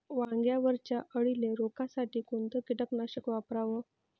वांग्यावरच्या अळीले रोकासाठी कोनतं कीटकनाशक वापराव?